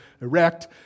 erect